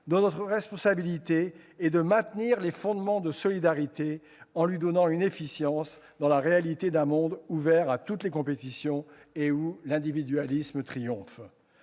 avons la responsabilité de maintenir les fondements de solidarité en leur donnant une efficience dans la réalité d'un monde ouvert à toutes les compétitions et où l'individualisme triomphe.